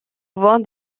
voir